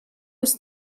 was